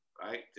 right